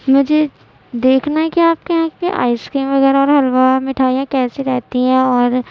مجھے دیکھنا ہے کہ آپ کے یہاں کی آئس کریم وغیرہ اور حلوہ مٹھائیاں کیسی رہتی ہیں اور